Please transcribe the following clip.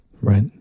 Right